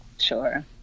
Sure